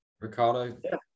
Ricardo